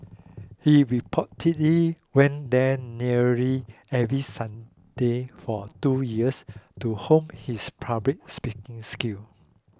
he reportedly went there nearly every Sunday for two years to hone his public speaking skill